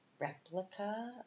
replica